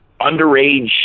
underage